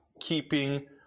keeping